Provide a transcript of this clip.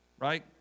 Right